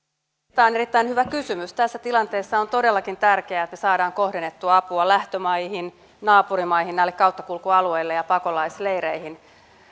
tämä on erittäin hyvä kysymys tässä tilanteessa on todellakin tärkeää että saadaan kohdennettua apua lähtömaihin naapurimaihin näille kauttakulkualueille ja pakolaisleireihin